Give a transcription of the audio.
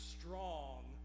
strong